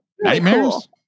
Nightmares